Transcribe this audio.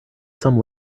some